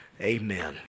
Amen